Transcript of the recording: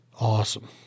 Awesome